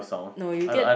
no you get